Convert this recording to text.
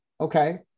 okay